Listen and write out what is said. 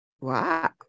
Wow